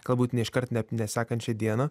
galbūt ne iškart net ne sekančią dieną